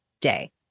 day